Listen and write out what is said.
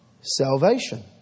salvation